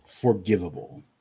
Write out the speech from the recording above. forgivable